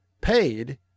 paid